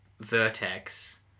vertex